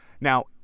now